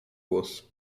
głos